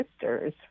sisters